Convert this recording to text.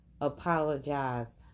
apologize